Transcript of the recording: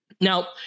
now